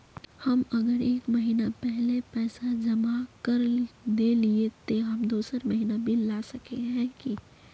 हम अगर एक महीना पहले पैसा जमा कर देलिये ते हम दोसर महीना बिल ला सके है की?